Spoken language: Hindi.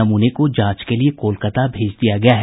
नमूने को जांच के लिए कोलकाता भेज दिया गया है